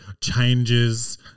changes